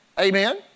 Amen